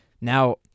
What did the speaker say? now